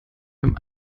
beim